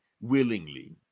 willingly